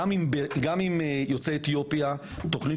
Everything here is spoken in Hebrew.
גם בעניין של יוצאי אתיופיה תוכנית